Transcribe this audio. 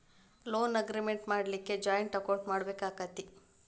Loan agreement ಮಾಡ್ಲಿಕ್ಕೆ joint account ಮಾಡ್ಬೆಕಾಕ್ಕತೇ?